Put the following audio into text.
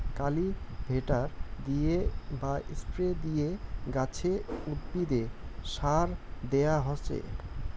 cultivator দিয়ে বা spray দিয়ে গাছে, উদ্ভিদে সার দেয়া হসে